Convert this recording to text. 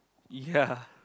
ya